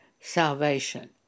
salvation